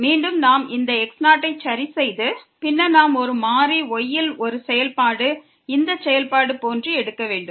மீண்டும் நாம் இந்த x0 ஐ சரி செய்து பின்னர் நாம் ஒரு மாறி y ல் ஒரு செயல்பாடு இந்த செயல்பாடு போன்று எடுக்க வேண்டும்